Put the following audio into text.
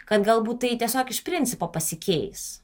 kad galbūt tai tiesiog iš principo pasikeis